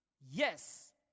Yes